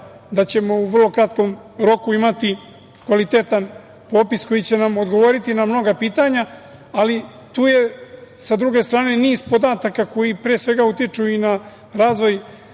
da ćemo u vrlo kratkom roku imati kvalitetan popis koji će nam odgovoriti na mnoga pitanja, ali tu je, sa druge strane, niz podataka koji pre svega utiču i na razvoj